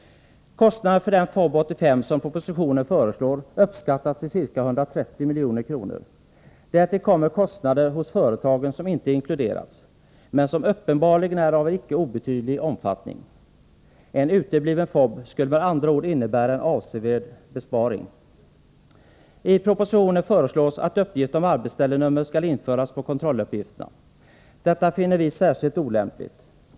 Kostnaderna för den FoB 85 som propositionen föreslår uppskattas till ca 130 milj.kr. Därtill kommer kostnader hos företagen som inte inkluderats men som uppenbarligen är av icke obetydlig omfattning. En utebliven folkoch bostadsräkning skulle med andra ord innebära en avsevärd besparing. I propositionen föreslås att uppgift om arbetsställenummer skall införas på kontrolluppgifterna. Detta finner vi särskilt olämpligt.